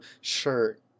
shirt